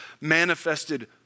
manifested